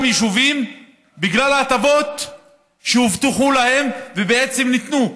יישובים בגלל ההטבות שהובטחו להם וניתנו,